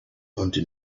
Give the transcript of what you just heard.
until